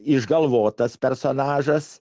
išgalvotas personažas